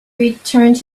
returned